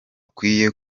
ukwiye